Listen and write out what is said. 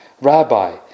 Rabbi